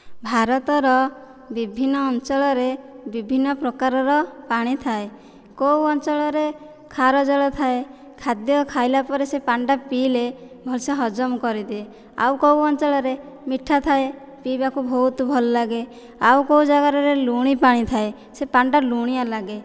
ଭାରତର ବିଭିନ୍ନ ଅଞ୍ଚଳରେ ବିଭିନ୍ନ ପ୍ରକାରର ପାଣି ଥାଏ କେଉଁ ଅଞ୍ଚଳରେ ଖାର ଜଳ ଥାଏ ଖାଦ୍ୟ ଖାଇଲା ପରେ ସେ ପାଣି ଟା ପିଇଲେ ଭଲସେ ହଜମ କରିଦିଏ ଆଉ କେଉଁ ଅଞ୍ଚଳରେ ମିଠା ଥାଏ ପିଇବାକୁ ବହୁତ ଭଲ ଲାଗେ ଆଉ କେଉଁ ଜାଗାରେ ଲୁଣି ପାଣି ଥାଏ ସେ ପାଣି ଟା ଲୁଣିଆ ଲାଗେ